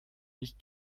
nicht